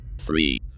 three